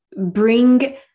bring